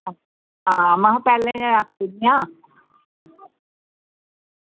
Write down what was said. हां महा पैह्ले गै आखुनिआं